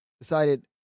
decided